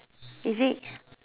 is it